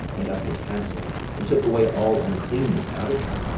and of the castle and took away all uncleanness out of it,